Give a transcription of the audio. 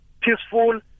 peaceful